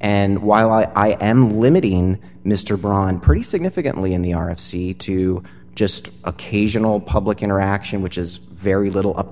and while i am limited in mr braun pretty significantly in the r f c to just occasional public interaction which is very little up to